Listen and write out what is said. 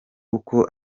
uko